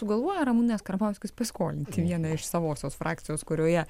sugalvoja ramūnas karbauskis paskolinti vieną iš savosios frakcijos kurioje